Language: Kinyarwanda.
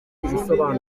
umukobwa